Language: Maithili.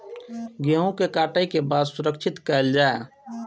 गेहूँ के काटे के बाद सुरक्षित कायल जाय?